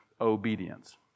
obedience